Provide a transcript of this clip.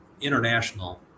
international